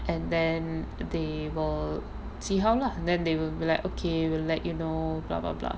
and then they will see how lah then they will be like okay we'll let you know